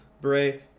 Bray